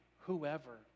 whoever